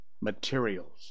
materials